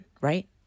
right